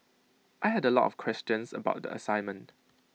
I had A lot of questions about the assignment